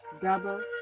double